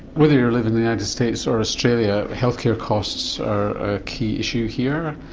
whether you live in the united states or australia healthcare costs are a key issue here,